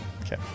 Okay